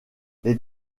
les